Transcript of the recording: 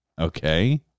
Okay